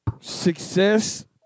Success